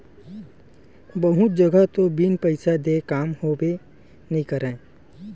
बहुत जघा तो बिन पइसा देय काम होबे नइ करय